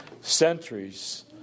centuries